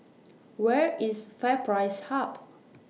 Where IS FairPrice Hub